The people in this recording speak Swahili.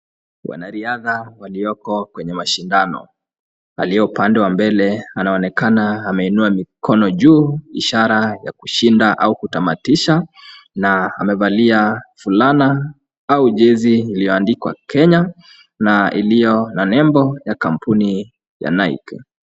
Wanariadha walioko kwenye mashindano, aliye upande wa mbele anaonekana ameinua mikono juu ishara ya kushinda au kutamatisha, na amevalia fulana au jezi iliyoandikwa Kenya na iliyo na nembo ya kampuni ya Nike.